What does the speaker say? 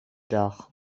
dag